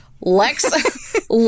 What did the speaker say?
Lex